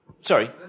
sorry